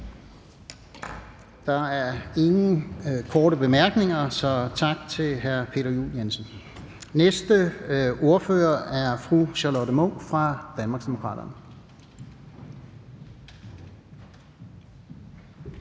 Der er ingen korte bemærkninger. Tak til hr. Peter Juel-Jensen. Næste ordfører er fru Charlotte Munch fra Danmarksdemokraterne.